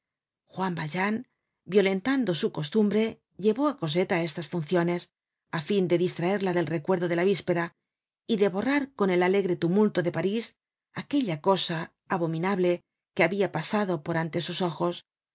juan valjean violentando su costumbre llevó á cosette á estas funciones á fin de distraerla del recuerdo de la víspera y de borrar con el alegre tumulto de parís aquella cosa abominable que habia pasado por ante sus ojos